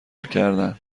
کردن